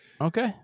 Okay